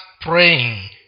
praying